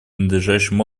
надлежащим